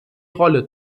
rolle